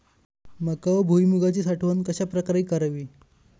मका व भुईमूगाची साठवण कशाप्रकारे करावी?